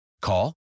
Call